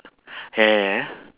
ya ya